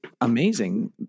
amazing